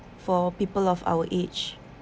for people of our age